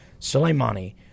Soleimani